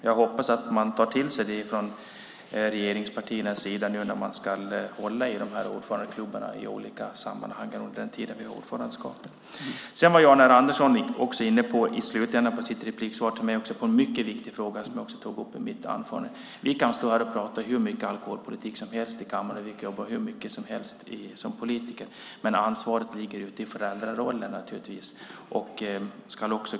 Jag hoppas att regeringspartierna tar till sig detta när man ska hålla i de här ordförandeklubborna i olika sammanhang under den tid vi har ordförandeskapet. I slutet på sitt repliksvar till mig var Jan R Andersson också inne på en mycket viktig fråga som jag också tog upp i mitt anförande. Vi kan stå här och prata hur mycket alkoholpolitik som helst i kammaren och jobba hur mycket som helst för detta som politiker, men ansvaret ligger hos föräldrarna.